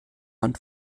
man